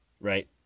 right